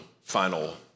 final